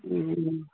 ए हजुर